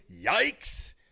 yikes